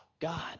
God